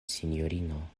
sinjorino